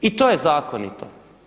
I to je zakonito.